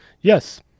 Yes